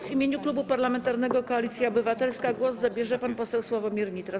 W imieniu Klubu Parlamentarnego Koalicja Obywatelska głos zabierze pan poseł Sławomir Nitras.